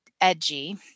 edgy